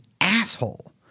asshole